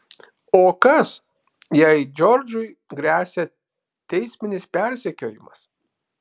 o kas jei džordžui gresia teisminis persekiojimas